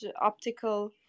optical